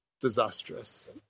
disastrous